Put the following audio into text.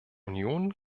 union